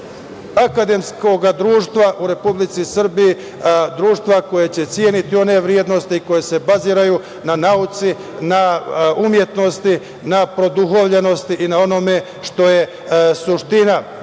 akademskog društva u Republici Srbiji, društva koje će ceniti one vrednosti koje se baziraju na nauci, na umetnosti, na produhovljenosti i na onome što je suština